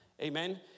Amen